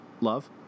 love